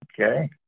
Okay